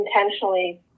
intentionally